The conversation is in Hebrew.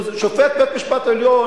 הוא שופט בית-המשפט העליון,